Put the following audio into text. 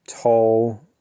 tall